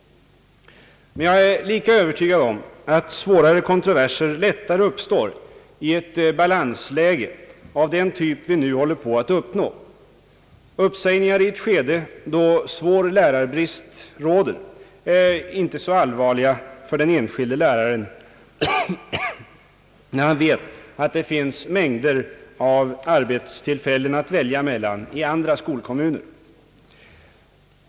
Emellertid är jag lika övertygad om att svårare kontroverser lätt uppstår i ett balansläge av den typ vi nu håller på att uppnå. Uppsägningar i ett skede då svår lärarbrist råder är inte så allvarliga för den enskilde läraren när han vet, att det finns mängder av arbetstillfällen att välja mellan i andra skolkommuner.